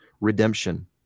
redemption